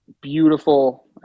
beautiful